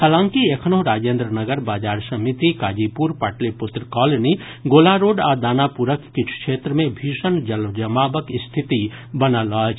हालांकि एखनहुं राजेन्द्रनगर बाजार समिति काजीपुर पाटलिपुत्र कॉलोनी गोला रोड आ दानापुरक किछु क्षेत्र मे भीषण जलजमावक स्थिति बनल अछि